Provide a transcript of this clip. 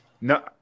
No